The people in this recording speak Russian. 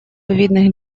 видных